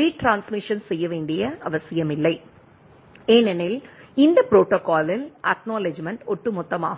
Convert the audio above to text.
retransmission செய்ய வேண்டிய அவசியமில்லை ஏனெனில் இந்த ப்ரோடோகாலில் அக்நாலெட்ஜ்மெண்ட் ஒட்டுமொத்தமாகும்